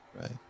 Right